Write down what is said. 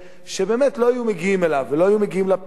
שלא היו מגיעים אליו ולא היו מגיעים לפתרון